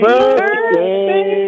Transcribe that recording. Birthday